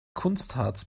kunstharz